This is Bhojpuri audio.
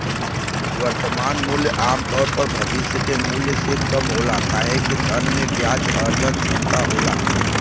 वर्तमान मूल्य आमतौर पर भविष्य के मूल्य से कम होला काहे कि धन में ब्याज अर्जन क्षमता होला